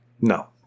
No